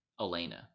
Elena